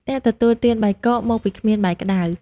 អ្នកទទួលទានបាយកក មកពីគ្មានបាយក្ដៅ ។